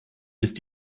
ist